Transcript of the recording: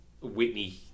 whitney